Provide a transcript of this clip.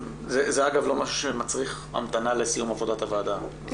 זה לא משהו שמצריך המתנה לסיום עבודת הוועדה.